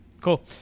Cool